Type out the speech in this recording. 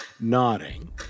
Nodding